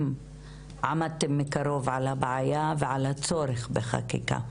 עמדתם מקרוב על הבעיה ועל הצורך בחקיקה.